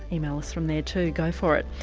email us from there too go for it.